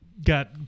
got